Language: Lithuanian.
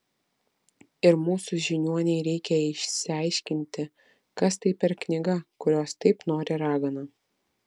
ir mūsų žiniuonei reikia išsiaiškinti kas tai per knyga kurios taip nori ragana